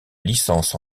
licences